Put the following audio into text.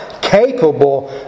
capable